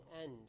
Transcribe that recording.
end